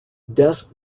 desk